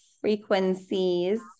frequencies